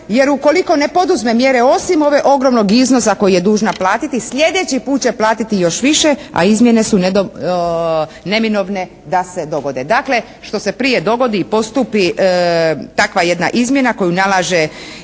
Jer ukoliko ne poduzme mjere osim ovog ogromnog iznosa koji je dužna platiti, sljedeći puta će platiti još više a izmjene su neminovne da se dogode. Dakle što se prije dogodi i postupi takva jedna izmjena koju nalaže